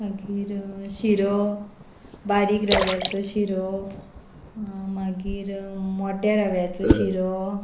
मागीर शिरो बारीक रव्याचो शिरो मागीर मोट्या रव्याचो शिरो